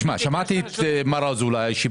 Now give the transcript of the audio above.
מר משה אזולאי,